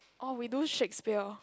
orh we do Shakespeare